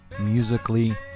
musically